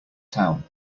town